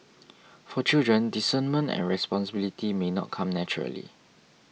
for children discernment and responsibility may not come naturally